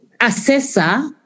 assessor